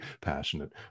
passionate